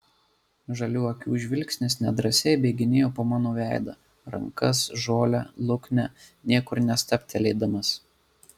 žalių akių žvilgsnis nedrąsiai bėginėjo po mano veidą rankas žolę luknę niekur nestabtelėdamas